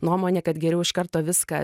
nuomonė kad geriau iš karto viską